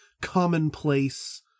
commonplace